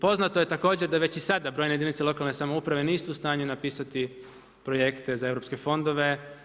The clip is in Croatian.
Poznato je također da već i sada brojne jedinice lokalne samouprave nisu u stanju napisati projekte za europske fondove.